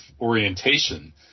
orientation